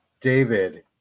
David